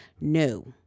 no